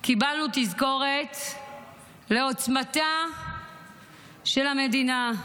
קיבלנו תזכורת לעוצמתה של המדינה,